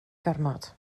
gormod